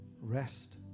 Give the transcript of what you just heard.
Rest